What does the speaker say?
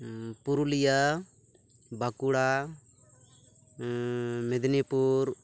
Purulia Bankura Medinipur